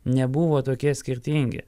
nebuvo tokie skirtingi